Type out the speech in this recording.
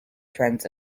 trends